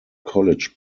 college